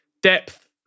Depth